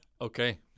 Okay